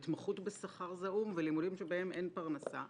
התמחות בשכר זעום ולימודים שבהם אין פרנסה.